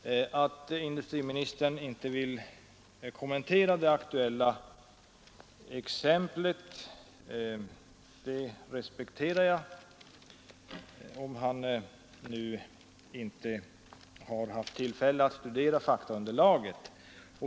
Att industriministern inte vill kommentera det aktuella exemplet respekterar jag, om han nu inte har haft tillfälle att studera faktaunderlaget.